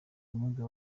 ubumuga